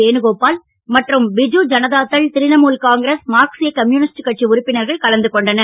வேணுகோபால் மற்றும் பிஜு ஜனதாதள் திரிணமூல் காங்கிரஸ் மார்க்சீய கம்யூனிஸ்ட் கட்சி உறுப்பினர்கள் கலந்து கொண்டனர்